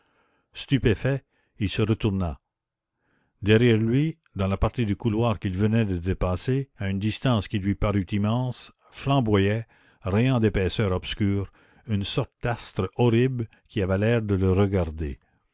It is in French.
stupéfait il se retourna derrière lui dans la partie du couloir qu'il venait de dépasser à une distance qui lui parut immense flamboyait rayant l'épaisseur obscure une sorte d'astre horrible qui avait l'air de le regarder